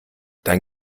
dein